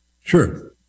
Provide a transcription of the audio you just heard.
Sure